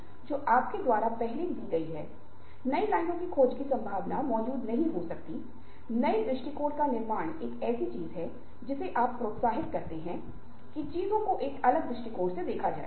हर कोई निश्चित रूप से इसका मतलब है यह अलग अलग संदर्भ में हो सकता है लेकिन हम बातचीत कर रहे हैं और हमने बच्चों के रूप में उन चीजों के लिए बातचीत की है जो हम चाहते थे जैसे ध्यान विशेष व्यवहार और जेब खर्चपॉकेट मनी Pocket Money